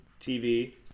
TV